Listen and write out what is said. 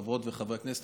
חברות וחברי הכנסת,